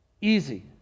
easy